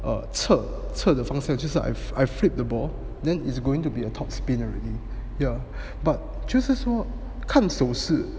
eh 侧侧的方式 just like I've I flip the ball then it's going to be a top spin already ya but 就是说看手势